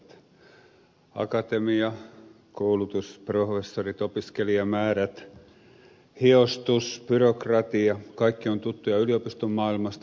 akatemia koulutus professorit opiskelijamäärät hiostus byrokratia kaikki ovat tuttuja yliopistomaailmasta